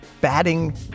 batting